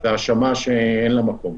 זו האשמה שאין לה מקום.